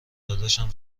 داداشم